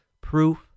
proof